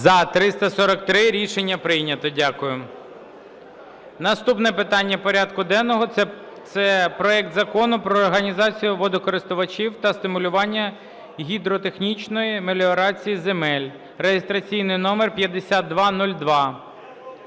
За-343 Рішення прийнято. Дякую. Наступне питання порядку денного - це проект Закону про організації водокористувачів та стимулювання гідротехнічної меліорації земель (реєстраційний номер 5202).